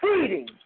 feeding